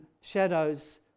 shadows